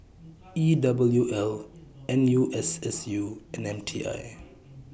E W L N U S S U and M T I